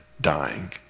dying